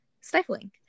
stifling